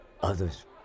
Others